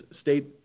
state